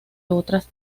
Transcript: otras